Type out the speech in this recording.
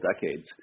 decades